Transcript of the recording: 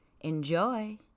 Enjoy